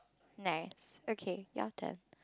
nice okay your turn